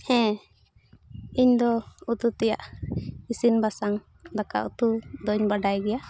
ᱦᱮᱸ ᱤᱧᱫᱚ ᱩᱛᱩ ᱛᱮᱭᱟᱜ ᱤᱥᱤᱱ ᱵᱟᱥᱟᱝ ᱫᱟᱠᱟ ᱩᱛᱩ ᱫᱚᱧ ᱵᱟᱰᱟᱭ ᱜᱮᱭᱟ